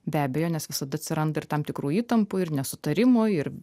be abejones visada atsiranda ir tam tikrų įtampų ir nesutarimų ir